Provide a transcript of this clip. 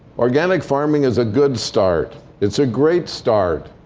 organic farming is a good start. it's a great start.